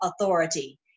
authority